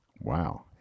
Wow